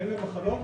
הן למחלות